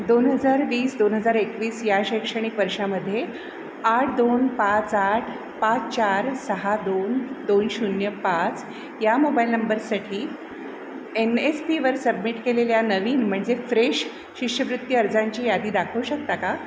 दोन हजार वीस दोन हजार एकवीस या शैक्षणिक वर्षामध्ये आठ दोन पाच आठ पाच चार सहा दोन दोन शून्य पाच या मोबाईल नंबरसाठी एन एस पीवर सबमिट केलेल्या नवीन म्हणजे फ्रेश शिष्यवृत्ती अर्जांची यादी दाखवू शकता का